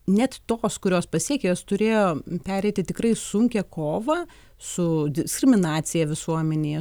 net tos kurios pasiekė jos turėjo pereiti tikrai sunkią kovą su diskriminacija visuomenėje